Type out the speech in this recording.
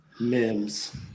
Mims